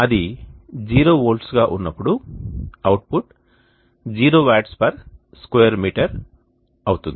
అది 0 V గా ఉన్నప్పుడు అవుట్పుట్ 0 Wattsస్క్వేర్ మీటర్ అవుతుంది